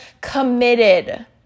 committed